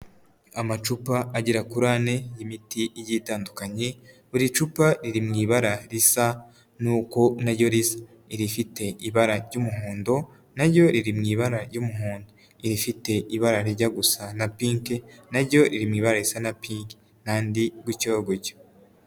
Amacupa agera kuri ane imiti iyitandukanye buri cupa iririw ibara risa nuko nayo risa, irifite ibara ry'umuhondo naryo riri mu ibara ry'umuhondo irifite ibara rijya gusa na pinki naryo riri mu ibara risa na pinki n'irindi gutyogutyo.